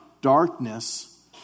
darkness